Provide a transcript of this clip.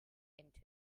into